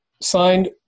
signed